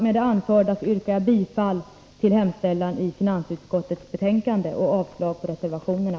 Med det anförda yrkar jag bifall till hemställan i finansutskottets betänkande och avslag på reservationerna.